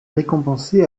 récompensé